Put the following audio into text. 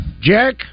Jack